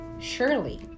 surely